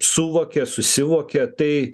suvokė susivokė tai